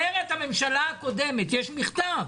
אומרת הממשלה הקודמת, יש מכתב,